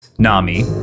Nami